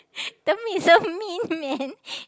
don't be so mean man